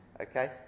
okay